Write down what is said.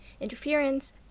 interference